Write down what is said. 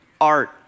art